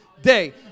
day